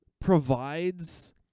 provides